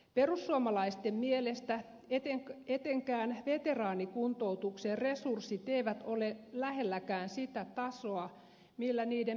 perussuomalaisten mielestä etenkään veteraanikuntoutuksen resurssit eivät ole lähelläkään sitä tasoa millä niiden pitäisi olla